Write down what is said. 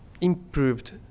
improved